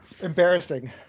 Embarrassing